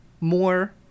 more